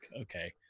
okay